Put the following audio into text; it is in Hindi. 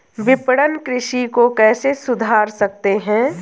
विपणन कृषि को कैसे सुधार सकते हैं?